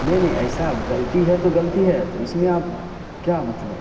نہیں نہیں ایسا اب غلطی ہے تو غلطی ہے تو اس میں آپ کیا مطلب